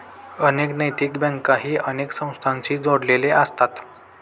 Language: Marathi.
अनेक नैतिक बँकाही अनेक संस्थांशी जोडलेले असतात